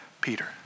Peter